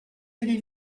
avez